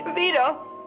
Vito